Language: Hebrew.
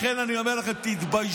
לכן אני אומר לכם, תתביישו